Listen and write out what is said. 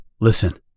Listen